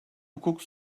hukuk